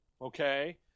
Okay